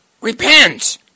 Repent